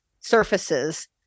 surfaces